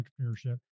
entrepreneurship